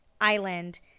island